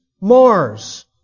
Mars